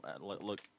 look